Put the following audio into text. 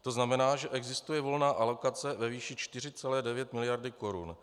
To znamená, že existuje volná alokace ve výši 4,9 miliardy korun.